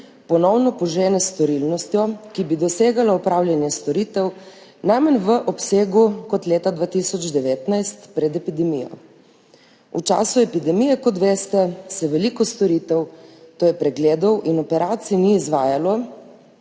ponovno požene s storilnostjo, ki bi dosegala opravljanje storitev najmanj v obsegu kot leta 2019, pred epidemijo. V času epidemije, kot veste, se veliko storitev, to je pregledov in operacij, ni izvajalo